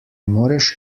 moreš